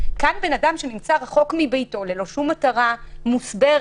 של בן אדם שנמצא רחוק מביתו ללא שום מטרה מוסברת,